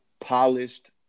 polished